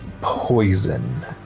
poison